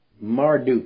Marduk